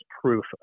proof